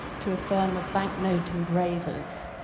to a firm of banknote engravers,